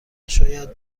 شاید